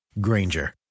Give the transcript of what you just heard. Granger